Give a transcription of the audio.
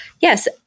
yes